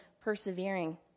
persevering